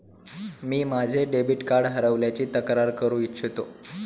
मी माझे debit card हरवल्याची तक्रार करू इच्छितो